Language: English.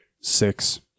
Six